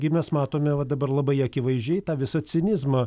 gi mes matome va dabar labai akivaizdžiai tą visą cinizmą